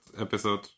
episode